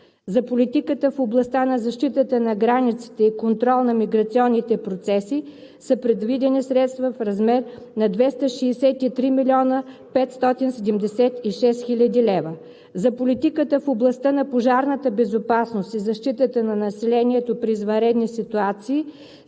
За политиката в областта на защитата на границите и контрол на миграционните процеси са предвидени средства в размер на 263 576,2 хил. лв. За политика в областта на пожарната безопасност и защитата на населението при извънредни ситуации